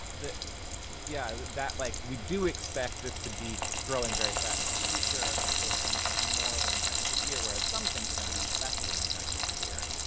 yeah. that, like, we do expect this to be growing very fast in the future and so it's going to have more of an impact every year, whereas some things are gonna have less of an impact every year.